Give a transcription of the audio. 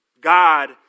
God